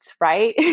right